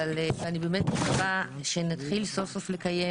אבל אני באמת מקווה שנתחיל סוף-סוף לקיים